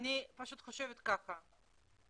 אני פשוט חושבת ככה,